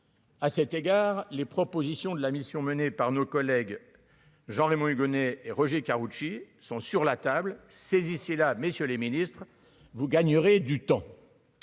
à cet égard les propositions de la mission menée par nos collègues Jean-Raymond Hugonet et Roger Karoutchi sont sur la table, saisissez-là, messieurs les ministres, vous gagnerez du temps